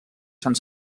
sant